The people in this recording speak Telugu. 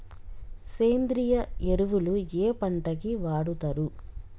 సేంద్రీయ ఎరువులు ఏ పంట కి వాడుతరు?